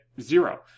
zero